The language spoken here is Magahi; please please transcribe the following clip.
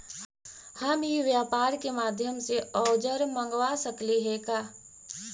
हम ई व्यापार के माध्यम से औजर मँगवा सकली हे का?